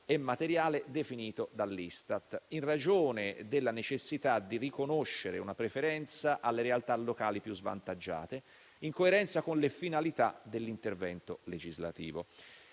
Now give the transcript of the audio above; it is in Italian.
e materiale definito dall'Istat, in ragione della necessità di riconoscere una preferenza alle realtà locali più svantaggiate, in coerenza con le finalità dell'intervento legislativo.